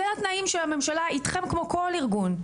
אלו התנאים שהממשלה אתכם כמו כל ארגון,